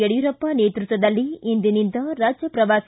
ಯಡ್ಕೂರಪ್ಪ ನೇತೃತ್ವದಲ್ಲಿ ಇಂದಿನಿಂದ ರಾಜ್ಞ ಪ್ರವಾಸ